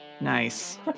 Nice